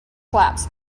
collapse